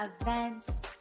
events